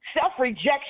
self-rejection